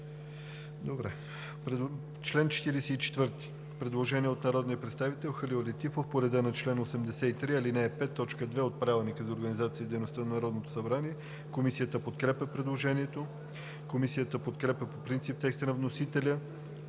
предложението. Предложение от народния представител Халил Летифов по реда на чл. 83, ал. 5, т. 2 от Правилника. Комисията подкрепя предложението. Комисията подкрепя по принцип текста на вносителя